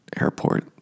airport